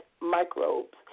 microbes